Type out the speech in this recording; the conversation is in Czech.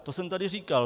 To jsem tady říkal.